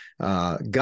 God